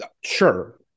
Sure